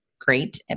great